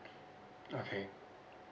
okay